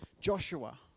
Joshua